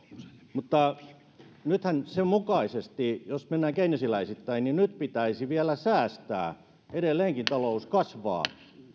mutta nythän sen mukaisesti jos mennään keynesiläisittäin pitäisi vielä säästää edelleenkin talous kasvaa